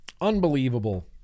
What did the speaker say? Unbelievable